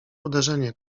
uderzenie